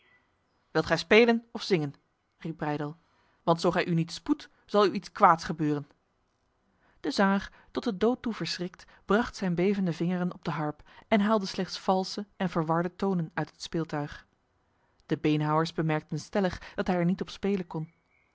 wilt gij spelen of zingen riep breydel want zo gij u niet spoedt zal u iets kwaads gebeuren de zanger tot de dood toe verschrikt bracht zijn bevende vingeren op de harp en haalde slechts valse en verwarde tonen uit het speeltuig de beenhouwers bemerkten stellig dat hij er niet op spelen kon